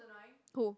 who